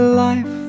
life